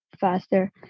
faster